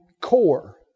core